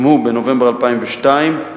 גם הוא בנובמבר 2002,